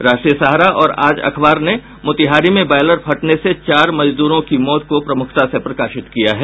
राष्ट्रीय सहारा और आज अखबार ने मोतिहारी में बॉयलर फटने से चार मजदूरों की मौत को प्रमुखता से प्रकाशित किया है